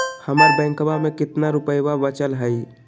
हमर बैंकवा में कितना रूपयवा बचल हई?